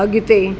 अॻिते